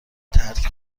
ترک